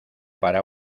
para